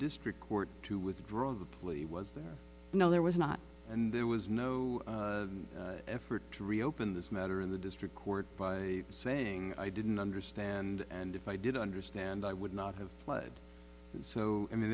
district court to withdraw the plea was there no there was not and there was no effort to reopen this matter in the district court by saying i didn't understand and if i did understand i would not have pled so i mean